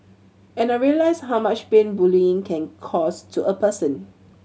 and I realised how much pain bullying can cause to a person